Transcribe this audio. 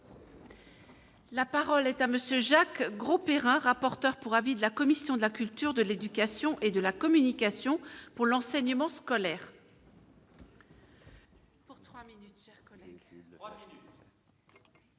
La parole est à monsieur Jacques Grosperrin, rapporteur pour avis de la commission de la culture, de l'éducation et de la communication pour l'enseignement scolaire.